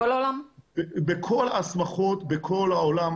בכל ההסמכות בכל העולם,